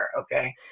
okay